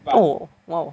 oh !wow!